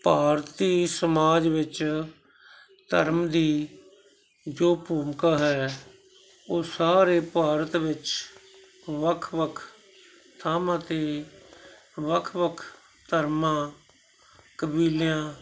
ਭਾਰਤੀ ਸਮਾਜ ਵਿੱਚ ਧਰਮ ਦੀ ਜੋ ਭੂਮਿਕਾ ਹੈ ਉਹ ਸਾਰੇ ਭਾਰਤ ਵਿੱਚ ਵੱਖ ਵੱਖ ਥਾਵਾਂ 'ਤੇ ਵੱਖ ਵੱਖ ਧਰਮਾਂ ਕਬੀਲਿਆਂ